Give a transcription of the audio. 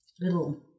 little